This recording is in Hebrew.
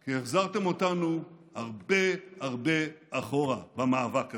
כי החזרתם אותנו הרבה הרבה אחורה במאבק הזה.